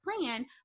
plan